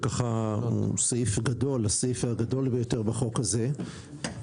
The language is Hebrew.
שהוא הסעיף הגדול ביותר בחוק הזה,